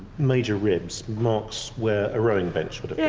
major ribs marks where a rowing bench would